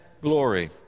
glory